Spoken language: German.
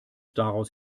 daraus